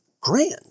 grand